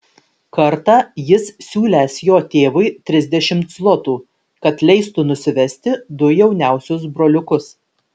kartą jis siūlęs jo tėvui trisdešimt zlotų kad leistų nusivesti du jauniausius broliukus